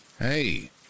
Hey